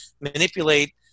manipulate